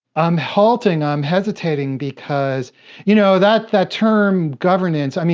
i'm halting. i'm hesitating because you know that that term governance, i mean